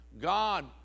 God